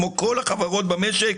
כמו כל החברות במשק,